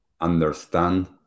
understand